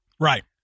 Right